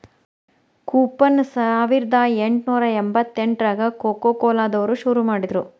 coupon ಸಾವರ್ದಾ ಎಂಟ್ನೂರಾ ಎಂಬತ್ತೆಂಟ್ರಾಗ ಕೊಕೊಕೊಲಾ ದವ್ರು ಶುರು ಮಾಡಿದ್ರು